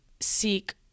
seek